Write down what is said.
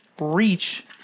reach